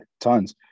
tons